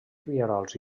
rierols